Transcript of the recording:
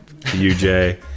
UJ